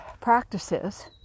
practices